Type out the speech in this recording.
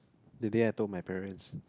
that day I told my parents